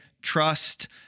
Trust